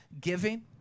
giving